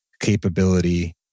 capability